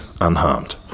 unharmed